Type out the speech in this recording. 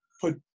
Put